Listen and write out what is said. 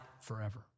forever